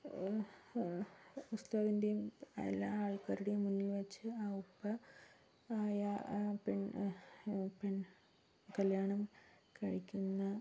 ഉസ്താദിൻ്റെയും എല്ലാ ആൾക്കാരുടേയും മുന്നിൽ വച്ച് ആ ഉപ്പ കല്ല്യാണം കഴിക്കുന്ന